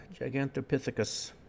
Gigantopithecus